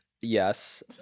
yes